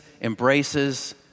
embraces